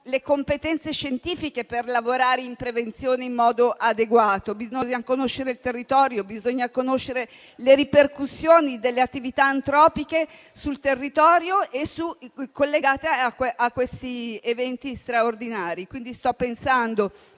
competenze scientifiche per lavorare sulla prevenzione in modo adeguato: bisogna conoscere il territorio e le ripercussioni delle attività antropiche sul territorio collegate a questi eventi straordinari. Sto pensando